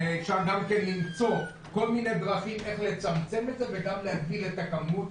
אפשר למצוא כל מיני דרכים איך לצמצם את זה וגם להגביל את הכמות,